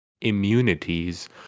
immunities